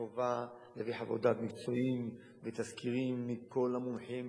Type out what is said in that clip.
וחובה להביא חוות דעת מקצועיות ותסקירים מכל המומחים,